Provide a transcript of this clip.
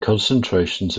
concentrations